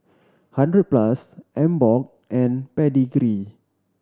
Hundred Plus Emborg and Pedigree